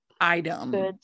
item